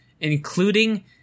including